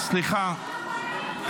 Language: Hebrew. לא מפספסים הזדמנות לתמוך בטרור.